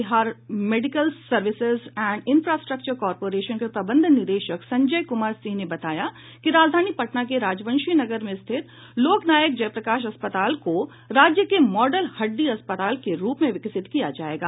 Bihar medical services and infrastructure corporation के प्रबंध निदेशक संजय कुमार सिंह ने बताया कि राजधानी पटना के राजवंशी नगर में स्थित लोक नायक जयप्रकाश अस्पताल को राज्य के मॉडल हड्डी अस्पताल के रूप में विकसित किया जायेगा